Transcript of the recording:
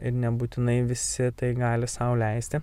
ir nebūtinai visi tai gali sau leisti